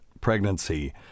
pregnancy